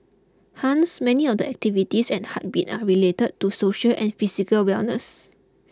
hence many of the activities at Heartbeat are related to social and physical wellness